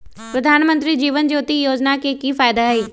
प्रधानमंत्री जीवन ज्योति योजना के की फायदा हई?